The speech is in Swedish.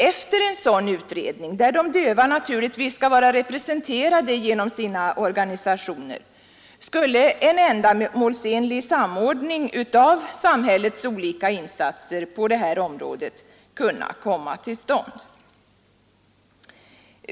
Efter en sådan utredning, där de döva naturligtvis skall vara representerade genom sina organisationer, skulle en ändamålsenlig samordning av samhällets olika insatser på det här området kunna komma till stånd.